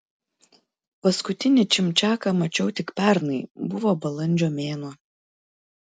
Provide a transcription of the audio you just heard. paskutinį čimčiaką mačiau tik pernai buvo balandžio mėnuo